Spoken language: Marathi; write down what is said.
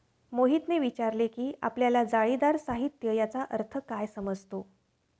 मोहितने विचारले की आपल्याला जाळीदार साहित्य याचा काय अर्थ समजतो?